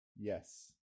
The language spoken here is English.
yes